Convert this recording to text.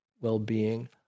well-being